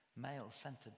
Male-centered